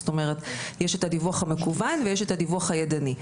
זאת אומרת יש את הדיווח המקוון ויש את הדיווח הידני,